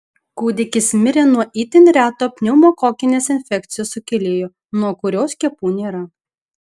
kūdikis mirė nuo itin reto pneumokokinės infekcijos sukėlėjo nuo kurio skiepų nėra